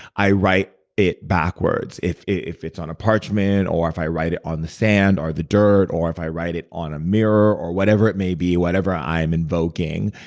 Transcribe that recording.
i write it backwards. if if it's on a parchment or i write it on the sand or the dirt or if i write it on a mirror or whatever it may be, whatever i am invoking,